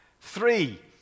Three